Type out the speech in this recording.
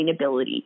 sustainability